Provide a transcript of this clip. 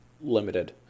limited